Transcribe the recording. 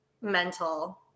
mental